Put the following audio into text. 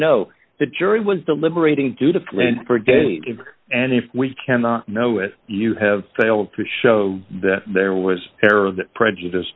know the jury was deliberating due to plan for a day and if we cannot know if you have failed to show that there was error that prejudice